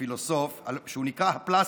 הפילוסוף, שנקרא: הפלסטיק,